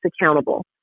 accountable